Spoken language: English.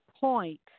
point